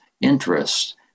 interests